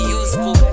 useful